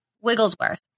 Wigglesworth